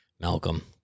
Malcolm